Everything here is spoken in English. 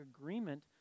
agreement